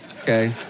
Okay